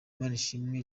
manishimwe